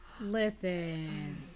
Listen